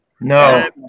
No